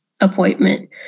appointment